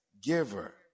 giver